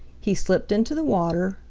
he slipped into the water,